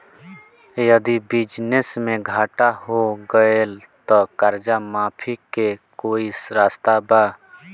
यदि बिजनेस मे घाटा हो गएल त कर्जा माफी के कोई रास्ता बा?